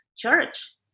church